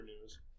news